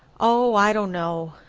oh, i don't know.